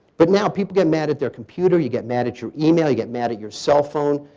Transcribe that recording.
but now, people get mad at their computer. you get mad at your email. you get mad at your cell phone.